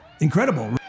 incredible